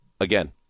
Again